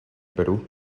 perú